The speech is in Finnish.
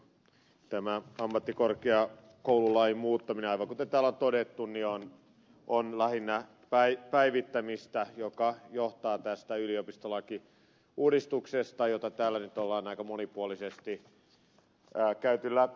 tämä ammattikorkeakoululain muuttaminen aivan kuten täällä on todettu on lähinnä päivittämistä joka johtuu tästä yliopistolakiuudistuksesta jota täällä nyt on aika monipuolisesti käyty läpi